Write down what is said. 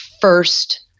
first